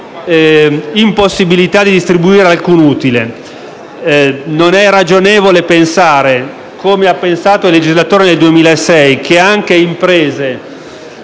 impossibilità di distribuire alcun utile. Non è ragionevole pensare - come ha fatto il legislatore nel 2006 - che anche le imprese